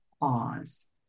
pause